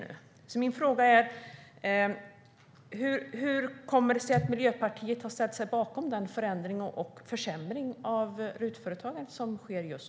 Hur kommer det sig att Miljöpartiet har ställt sig bakom förändringen och försämringen för RUT-företagandet?